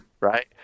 Right